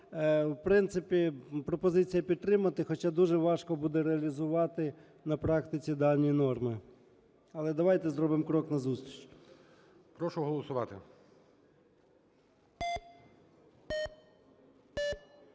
В принципі, пропозиція підтримати, хоча дуже важко буде реалізувати на практиці дані норми. Але давайте зробимо крок назустріч. ГОЛОВУЮЧИЙ. Прошу голосувати. 16:14:46